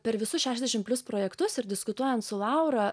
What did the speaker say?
per visus šešiasdešim plius projektus ir diskutuojant su laura